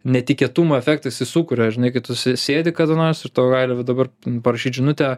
netikėtumo efektą jisai sukuria žinai kai tu sė sėdi kada nors ir tau gali va dabar parašyt žinutę